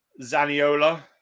Zaniola